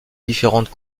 différente